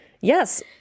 yes